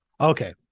Okay